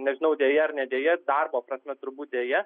nežinau deja ar ne deja darbo prasme turbūt deja